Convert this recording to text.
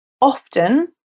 often